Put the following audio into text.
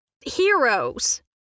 heroes